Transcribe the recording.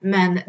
Men